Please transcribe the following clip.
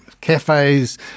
Cafes